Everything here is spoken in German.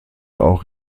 auch